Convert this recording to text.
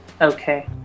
Okay